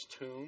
tomb